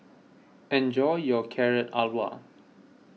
enjoy your Carrot Halwa